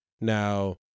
Now